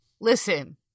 listen